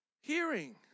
hearing